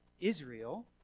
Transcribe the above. Israel